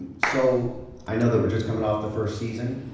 so i know that we're just coming off the first season